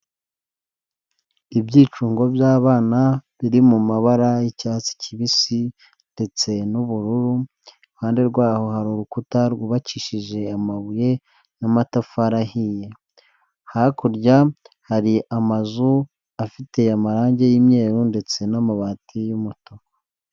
Ibyicungo by'abana biri mu mabara y'icyatsi kibisi ndetse n'ubururu iruhande rwaho hari urukuta rwubakishije amabuye n'amatafari ahiye hakurya hari amazu afite amarangi y'umweru ndetse n'amabati y'umutuku.